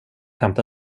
hämta